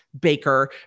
baker